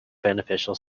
beneficial